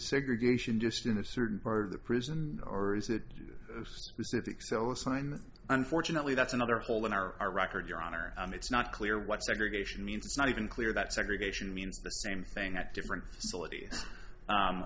segregation just in a certain part of the prison or is it do this if excel assigned unfortunately that's another whole in our record your honor it's not clear what segregation means it's not even clear that segregation means the same thing at different